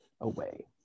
away